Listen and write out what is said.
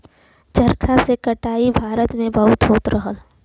चरखा से कटाई भारत में बहुत होत रहल